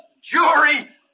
jury